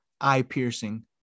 eye-piercing